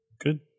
good